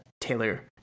Taylor